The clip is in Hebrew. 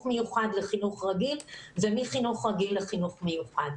מיוחד לחינוך רגיל ומחינוך רגיל לחינוך מיוחד.